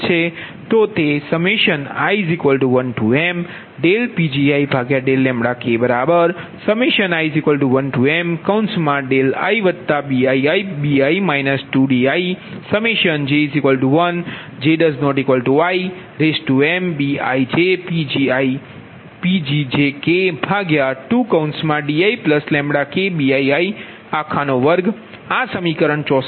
તો i1mPgi∂λi1mdiBiibi 2dij1j≠imBijPgj2diBii2આ સમીકરણ 64 છે